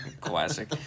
Classic